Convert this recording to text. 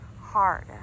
hard